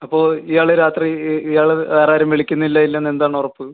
അപ്പോൾ ഇയാൾ രാത്രി ഇയാൾ വേറെ ആരും വിളിക്കുന്നില്ല ഇല്ലെന്ന് എന്താണ് ഉറപ്പ്